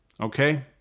okay